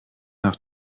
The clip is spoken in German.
nach